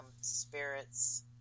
spirits